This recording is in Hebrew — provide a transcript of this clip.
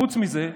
חוץ מזה,